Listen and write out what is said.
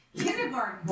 kindergarten